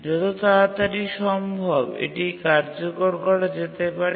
যত তাড়াতাড়ি সম্ভব এটি কার্যকর করা যেতে পারে